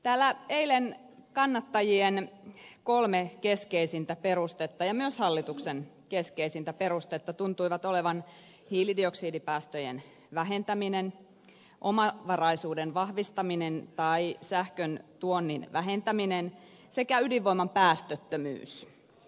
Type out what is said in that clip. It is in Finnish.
täällä eilen kannattajien ja myös hallituksen kolme keskeisintä perustetta tuntuivat olevan hiilidioksidipäästöjen vähentäminen omavaraisuuden vahvistaminen tai sähköntuonnin vähentäminen sekä ydinvoiman päästöttömyys